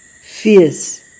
fierce